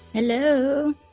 Hello